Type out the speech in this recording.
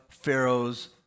pharaoh's